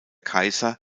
kaiser